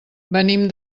venim